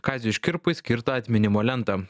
kaziui škirpai skirtą atminimo lentą